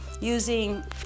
using